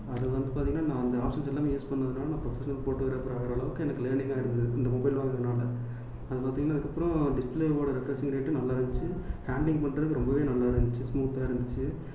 அது வந்து பார்த்தீங்கன்னா நான் அந்த ஆப்சன்ஸ் எல்லாமே யூஸ் பண்ணுனதுனால நான் ஒரிஜினல் ஃபோட்டோக்ராஃபர் ஆகிற அளவுக்கு எனக்கு லேர்னிங்காக இருந்தது இந்த மொபைல் வாங்கினதுனால அது பார்த்தீங்கன்னா அதுக்கப்புறோம் டிஸ்பிளேவோடய ரெஃப்ரஸிங் ரேட்டு நல்லாவே இருந்திச்சு ஹேண்ட்லிங் பண்ணுறதுக்கு ரொம்பவே நல்லா இருந்துச்சு ஸ்மூத்தாக இருந்துச்சு